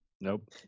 nope